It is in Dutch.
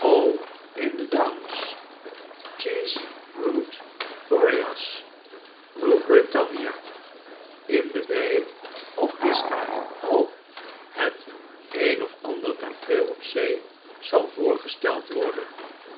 in the downs cease rude boreas rule britannia in the bay of biscay t o het een of ander tafereel op zee zal voorgesteld worden